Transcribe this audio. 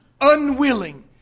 unwilling